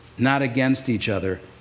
not against each other,